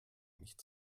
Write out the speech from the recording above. nicht